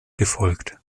gefolgt